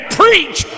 preach